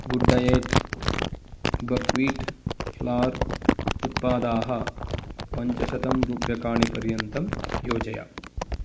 good diet buckwheat flour उत्पादाः पञ्चशतं रूप्यकाणि पर्यन्तं योजय